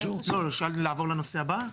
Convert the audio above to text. לעבור לנושא הבא?